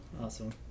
Awesome